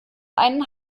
einen